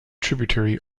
tributary